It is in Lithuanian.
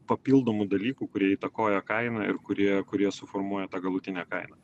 papildomų dalykų kurie įtakoja kainą ir kurie kurie suformuoja tą galutinę kainą